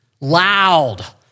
loud